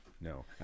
No